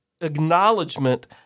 acknowledgement